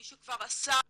מי שכבר עשה עלייה,